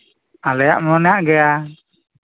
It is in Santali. ᱟᱞᱮᱭᱟᱜ ᱢᱟ ᱢᱮᱱᱟᱜ ᱜᱮᱭᱟ